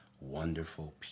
wonderful